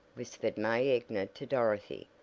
whispered may egner to dorothy.